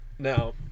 now